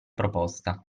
proposta